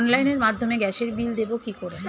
অনলাইনের মাধ্যমে গ্যাসের বিল দেবো কি করে?